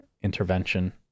intervention